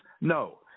No